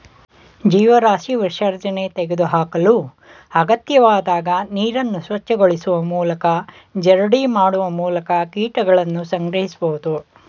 ಜೀವರಾಶಿ ವಿಸರ್ಜನೆ ತೆಗೆದುಹಾಕಲು ಅಗತ್ಯವಾದಾಗ ನೀರನ್ನು ಸ್ವಚ್ಛಗೊಳಿಸುವ ಮೂಲಕ ಜರಡಿ ಮಾಡುವ ಮೂಲಕ ಕೀಟಗಳನ್ನು ಸಂಗ್ರಹಿಸ್ಬೋದು